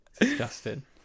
Disgusting